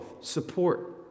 Support